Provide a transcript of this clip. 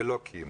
ולא קיימו.